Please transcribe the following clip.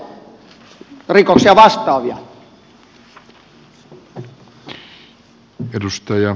arvoisa herra puhemies